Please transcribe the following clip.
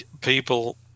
people